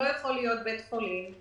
יכול להיות בית חולים,